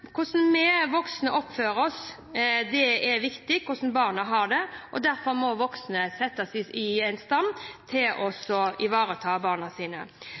Hvordan vi voksne oppfører oss, er viktig for hvordan barna har det, og derfor må voksne settes i stand til å ivareta barna sine.